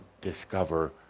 discover